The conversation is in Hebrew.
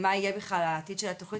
מה יהיה בכלל העתיד של התוכנית,